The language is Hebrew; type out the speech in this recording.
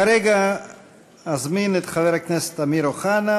כרגע אזמין את חבר הכנסת אמיר אוחנה,